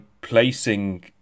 placing